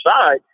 side